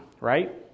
right